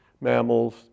mammals